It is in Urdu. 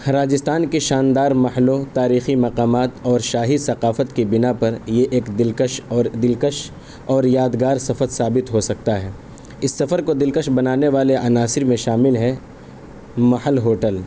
راجستھان کے شاندار محلوں تاریخی مقامات اور شاہی ثقافت کی بنا پر یہ ایک دلکش اور دلکش اور یادگار سفر ثابت ہو سکتا ہے اس سفر کو دلکش بنانے والے عناصر میں شامل ہے محل ہوٹل